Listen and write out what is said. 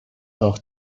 auch